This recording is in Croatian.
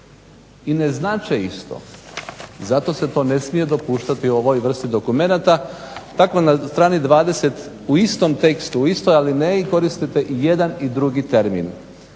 i ne znače isto. I zato se to ne smije dopuštati ovoj vrsti dokumenata. Tako na strani 20. u istom tekstu, u istoj alineji koristite i jedan i drugi termin.